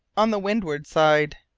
on the windward side.